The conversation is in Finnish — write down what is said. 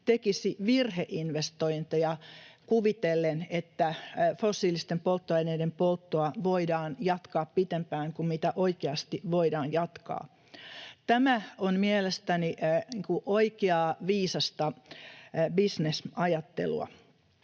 tekisi virheinvestointeja kuvitellen, että fossiilisten polttoaineiden polttoa voidaan jatkaa pitempään kuin oikeasti voidaan jatkaa. Tämä on mielestäni oikeaa, viisasta bisnesajattelua.